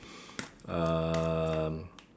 um